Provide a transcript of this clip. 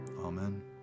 Amen